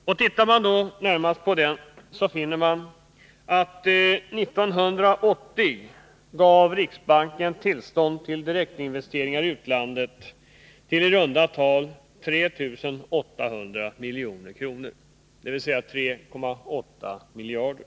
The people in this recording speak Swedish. Om man tittar på denna statistik, finner man att 1980 gav riksbanken tillstånd till direktinvesteringar i utlandet för i runt tal 3 800 milj.kr., dvs. 3,8 miljarder.